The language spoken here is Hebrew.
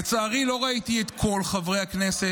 לצערי לא ראיתי את כל חברי הכנסת